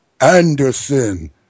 Anderson